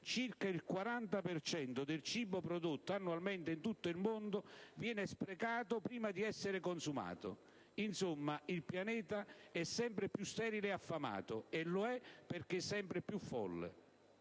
per cento del cibo prodotto annualmente in tutto il mondo viene sprecato prima di essere consumato. Insomma, il Pianeta è sempre più sterile e affamato, e lo è perché sempre più folle.